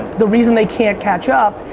the reason they can't catch up,